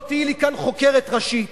לא תהיי לי כאן חוקרת ראשית.